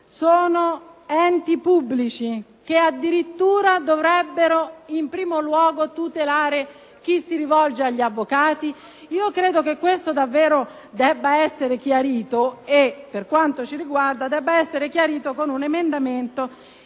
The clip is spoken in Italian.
Sono enti pubblici, che addirittura dovrebbero in primo luogo tutelare chi si rivolge agli avvocati? Credo che questo aspetto davvero debba essere chiarito e, per quanto ci riguarda, presentiamo un emendamento